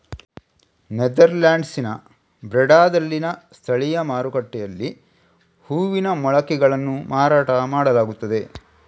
ನೆದರ್ಲ್ಯಾಂಡ್ಸಿನ ಬ್ರೆಡಾದಲ್ಲಿನ ಸ್ಥಳೀಯ ಮಾರುಕಟ್ಟೆಯಲ್ಲಿ ಹೂವಿನ ಮೊಳಕೆಗಳನ್ನು ಮಾರಾಟ ಮಾಡಲಾಗುತ್ತದೆ